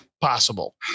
possible